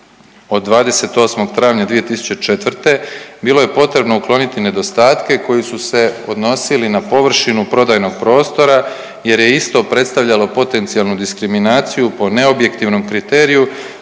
od 28. travnja 2004. bilo je potrebno ukloniti nedostatke koji su se odnosili na površinu prodajnog prostora jer je isto predstavljalo potencijalnu diskriminaciju po neobjektivnom kriteriju